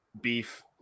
beef